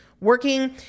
working